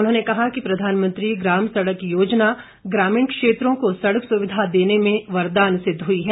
उन्होंने कहा कि प्रधानमंत्री ग्राम सड़क योजना ग्रामीण क्षेत्रों को सड़क सुविधा देने में वरदान सिद्ध हुई है